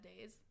days